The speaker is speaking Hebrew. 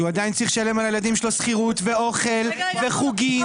שהוא עדיין צריך לשלם על הילדים שלו שכירות ואוכל וחוגים והכול.